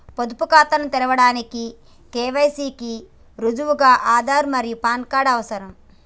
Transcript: పొదుపు ఖాతాను తెరవడానికి కే.వై.సి కి రుజువుగా ఆధార్ మరియు పాన్ కార్డ్ అవసరం